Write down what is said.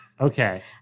Okay